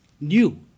new